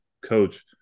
coach